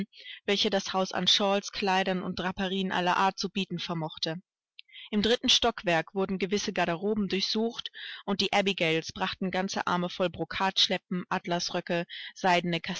welche das haus an shawls kleidern und draperien aller art zu bieten vermochte im dritten stockwerk wurden gewisse garderoben durchsucht und die abigails brachten ganze arme voll brokatschleppen atlasröcke seidene